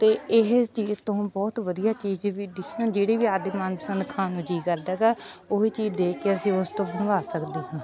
ਅਤੇ ਇਹ ਚੀਜ਼ ਤੋਂ ਬਹੁਤ ਵਧੀਆ ਚੀਜ਼ ਵੀ ਡਿਸ਼ਾਂ ਜਿਹੜੀ ਵੀ ਆਪਦੀ ਮਨਪਸੰਦ ਖਾਣ ਨੂੰ ਜੀ ਕਰਦਾ ਗਾ ਉਹੀ ਚੀਜ਼ ਦੇਖ ਕੇ ਅਸੀਂ ਉਸ ਤੋਂ ਬਣਵਾ ਸਕਦੇ ਹਾਂ